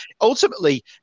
ultimately